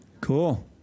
Cool